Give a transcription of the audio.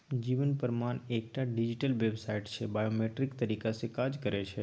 जीबन प्रमाण एकटा digital website छै बायोमेट्रिक तरीका सँ काज करय छै